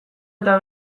eta